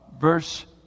verse